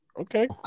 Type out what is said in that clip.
Okay